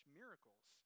miracles